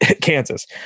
Kansas